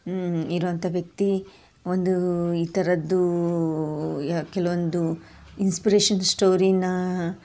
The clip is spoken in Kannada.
ಇರುವಂಥ ವ್ಯಕ್ತಿ ಒಂದು ಈ ಥರದ್ದು ಕೆಲವೊಂದು ಇನ್ಸ್ಪ್ರೇಷನ್ ಶ್ಟೋರೀನ